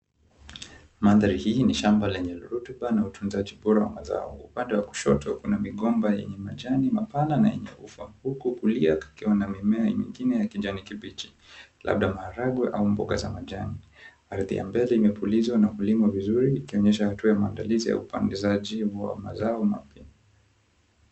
Mandhari hii ni shamba lenye rutuba na utunzaji bora wa mazao. Upande wa kushoto kuna migomba yenye majani mapana na yenye ufa, huku kulia kukiwa na mimea nyingine ya kijani kibichi, labda maharagwe au mboga za majani. Ardhi ya mbele imepulizwa na kulimwa vizuri ikionyesha hatua ya maandalizi ya upandizaji wa mazao mapya.